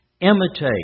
Imitate